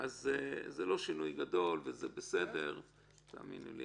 זה לא שינוי גדול, וזה בסדר, תאמינו לי.